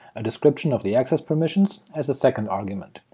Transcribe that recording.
a description of the access permissions, as a second argument,